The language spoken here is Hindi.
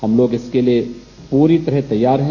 हम लोग इसके लिये पूरी तरह तैयार है